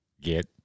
get